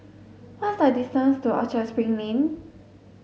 what is the distance to Orchard Spring Lane